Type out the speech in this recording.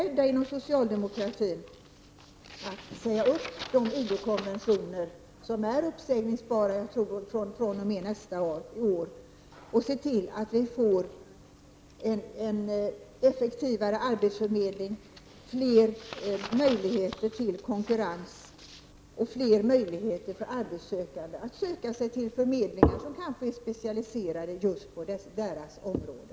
Är ni inom socialdemokratin beredda att från och med nästa år säga upp de ILO-konventioner som är uppsägningsbara och se till att vi får en effektivare arbetsförmedling, ökade möjligheter till konkurrens och fler möjligheter för arbetssökande att söka sig till förmedlingar som kanske är specialiserade på just deras område?